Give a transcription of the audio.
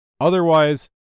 Otherwise